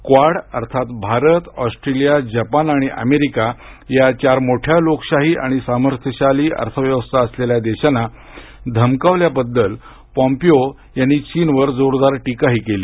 quad अर्थात Bharat Australia Japan आणि America चार मोठ्या लोकशाही आणि सामर्थ्यशाली अर्थव्यवस्था असलेल्या देशांना धमकावल्या बद्दल पोम्पीओ यांनी चीनवर जोरदार टीकाही केली